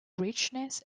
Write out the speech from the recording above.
richness